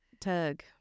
Tug